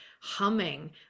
humming